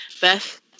Beth